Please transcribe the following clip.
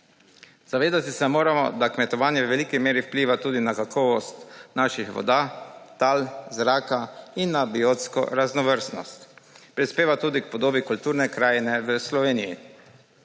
Zavedati se moramo, da kmetovanje v veliki meri vpliva tudi na kakovost naših voda, tal, zraka in na biotsko raznovrstnost, prispeva tudi k podobi kulturne krajine v Sloveniji.